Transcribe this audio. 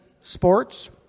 sports